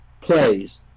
plays